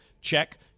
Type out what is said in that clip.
check